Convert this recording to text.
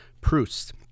Proust